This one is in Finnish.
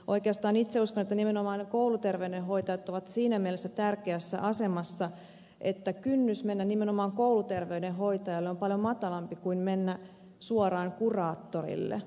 oikeastaan itse uskon että nimenomaan kouluterveydenhoitajat ovat siinä mielessä tärkeässä asemassa että kynnys mennä nimenomaan kouluterveydenhoitajalle on paljon matalampi kuin mennä suoraan kuraattorille